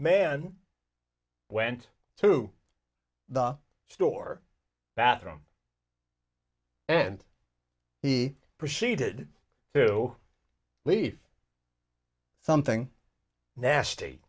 man went to the store bathroom and he proceeded to leave something nasty